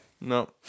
No